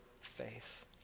faith